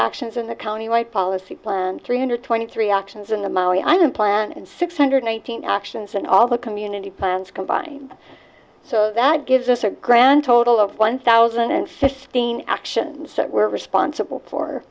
options in the county right policy plan three hundred twenty three auctions in the maui i don't plan and six hundred nineteen options and all the community plans combined so that gives us a grand total of one thousand and fifteen actions that we're responsible for